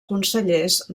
consellers